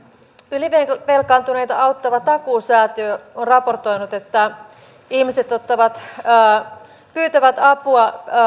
ylivelkaantuneita auttava takuu säätiö on raportoinut että ihmiset pyytävät apua